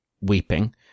weeping